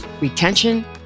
retention